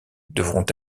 devront